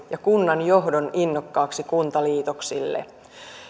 ja kunnanjohdon innokkaaksi kuntaliitoksille